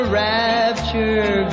rapture